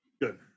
good